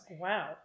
Wow